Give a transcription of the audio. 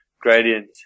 gradient